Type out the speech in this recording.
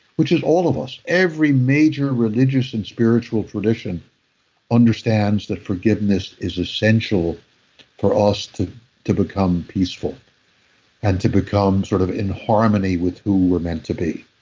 which is all of us. every major religious and spiritual tradition understands that forgiveness is essential for us to to become peaceful and to become sort of in harmony with who we're meant to be.